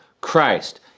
Christ